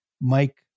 Mike